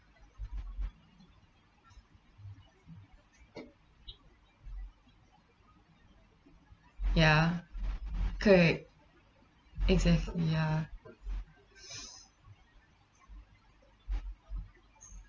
ya could exactly ya